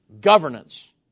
governance